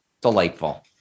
delightful